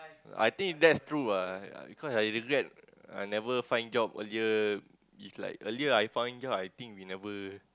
I think that's true ah because I regret I never find job earlier is like earlier I find job I think we never